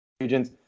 agents